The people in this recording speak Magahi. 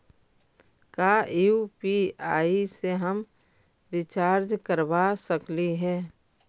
का यु.पी.आई से हम रिचार्ज करवा सकली हे?